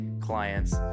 clients